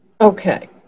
Okay